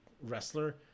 wrestler